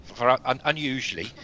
unusually